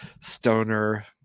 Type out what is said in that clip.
stoner